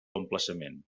emplaçament